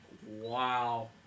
Wow